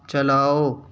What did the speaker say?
چلاؤ